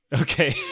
Okay